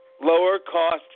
lower-cost